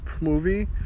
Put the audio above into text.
movie